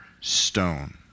stone